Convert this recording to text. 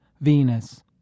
Venus